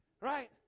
right